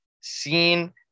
seen